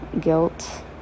guilt